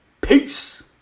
Peace